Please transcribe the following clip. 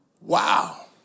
Wow